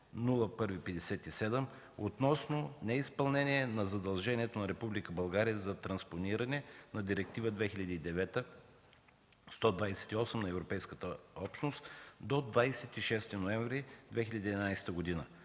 2012/0157 относно неизпълнение на задължението на Република България за транспониране на Директива 2009/128 на Европейската общност до 26 ноември 2011 г.,